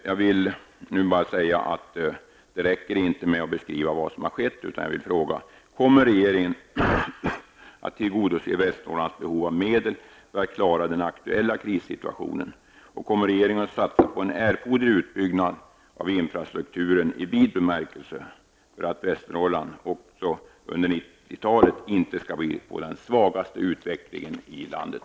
Jag vill nu bara säga att det inte räcker med att beskriva vad som har skett. Kommer regeringen att tillgodose Västernorrlands behov av medel för att klara den aktuella krissituationen, och kommer regeringen att satsa på en erforderlig utbyggnad av infrastrukturen i vid bemärkelse, så att Västernorrland inte också under 90-talet får den svagaste utvecklingen i landet?